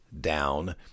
down